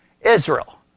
Israel